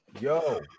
Yo